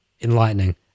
enlightening